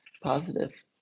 positive